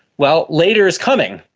well, later is coming.